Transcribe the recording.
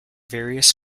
various